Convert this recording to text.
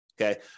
okay